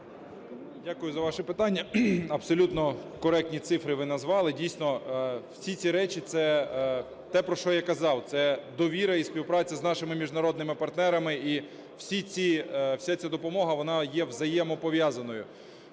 Дякую за ваші питання. Абсолютно коректні цифри ви назвали. Дійсно, всі ці речі – це те, про що я казав, це довіра і співпраця з нашими міжнародними партерами, і вся ця допомога вона є взаємопов’язаною.